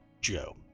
joe